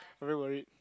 very worried